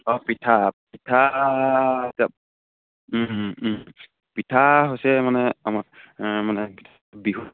অঁ পিঠা পিঠা পিঠা হৈছে মানে আমাৰ মানে বিহু